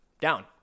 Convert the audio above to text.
down